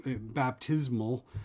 baptismal